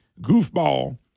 goofball